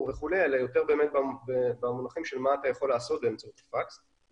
אלא יותר במונחים של מה אתה יכול לעשות באמצעות הפקס.